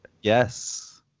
yes